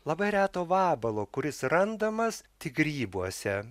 labai reto vabalo kuris randamas tik grybuose